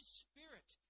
spirit